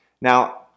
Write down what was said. Now